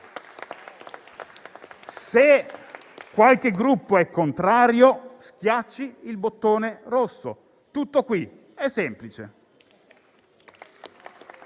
Se qualche Gruppo è contrario, schiacci il bottone rosso. Tutto qui, è semplice